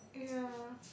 ya